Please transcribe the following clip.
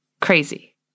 crazy